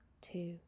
two